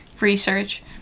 research